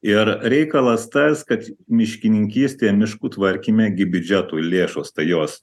ir reikalas tas kad miškininkystė miškų tvarkyme gi biudžetui lėšos tai jos